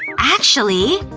actually,